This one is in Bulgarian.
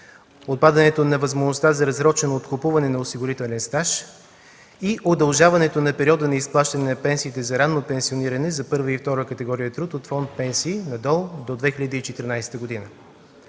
отпадането на възможността за разсрочено откупуване на осигурителния стаж и удължаването на периода на изплащане на пенсиите за ранно пенсиониране за първа и втора категория труд от фонд „Пенсии” на ДОО до 2014 г.